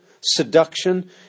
Seduction